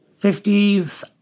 50s